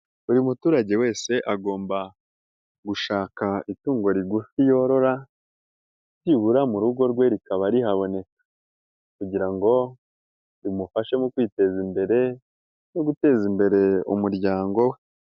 Buri muturage wese agomba gushaka itungo rigufi yorora byibura mu rugo rwe rikaba rihaboneka, kugira ngo rimufashe mu kwiteza imbere no guteza imbere umuryango we.